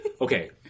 Okay